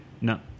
No